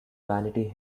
vanity